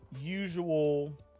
usual